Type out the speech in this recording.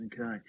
Okay